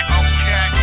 okay